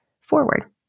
forward